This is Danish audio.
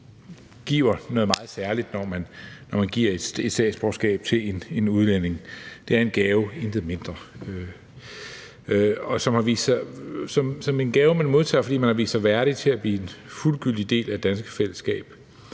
giver noget meget særligt, når man giver et statsborgerskab til en udlænding. Det er en gave, intet mindre. Det er en gave, som man modtager, fordi man har vist sig værdig til at blive en fuldgyldig del af det danske fællesskab.